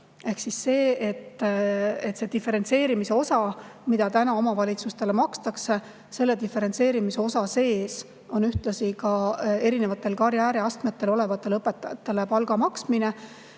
See diferentseerimise osa, mida täna omavalitsustele makstakse – selle diferentseerimise osa sees on ka erinevatel karjääriastmetel olevatele õpetajatele palga maksmine.